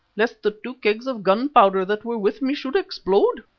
lest the two kegs of gunpowder that were with me should explode,